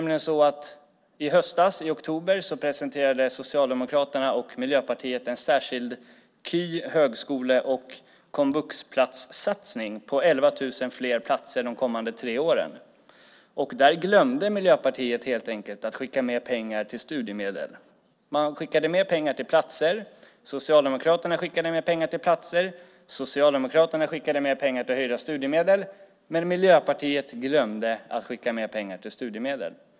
I höstas, i oktober, presenterade Socialdemokraterna och Miljöpartiet en särskild KY-, högskole och komvuxplatssatsning på 11 000 fler platser de kommande tre åren. Där glömde Miljöpartiet helt enkelt att skicka med pengar till studiemedel. Man skickade med pengar till platser. Socialdemokraterna skickade med pengar till platser. Socialdemokraterna skickade med pengar till höjda studiemedel. Men Miljöpartiet glömde att skicka med pengar till studiemedel.